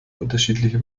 unterschiedliche